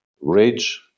ridge